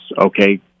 okay